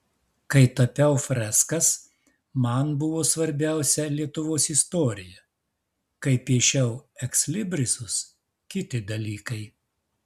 kai tapiau freskas man buvo svarbiausia lietuvos istorija kai piešiau ekslibrisus kiti dalykai